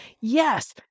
Yes